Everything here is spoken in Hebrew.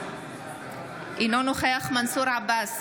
אינו נוכח מנסור עבאס,